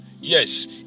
Yes